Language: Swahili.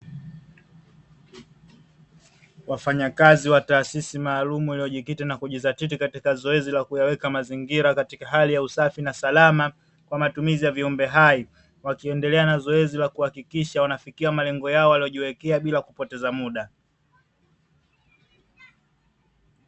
Wafanyakazi wa taasisi maalumu iliyojikita na kujizatiti katika zoezi la kuyaweka mazingira katika hali ya usafi na salama kwa matumizi ya viumbe hai, wakiendelea na zoezi la kuhakikisha wanafikia malengo yao waliyojiwekea bila kupoteza muda.